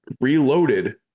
reloaded